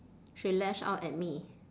she lash out at me